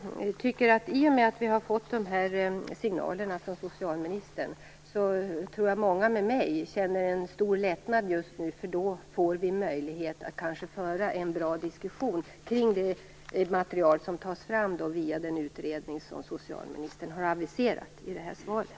I och med att vi har fått dessa signaler från socialministern tror jag att många med mig känner en stor lättnad. Då får vi kanske möjlighet att föra en bra diskussion kring det material som tas fram via den utredning som socialministern har aviserat i svaret.